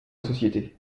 société